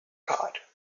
car